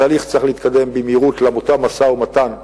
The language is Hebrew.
התהליך צריך להתקדם במהירות, משא-ומתן פרטני,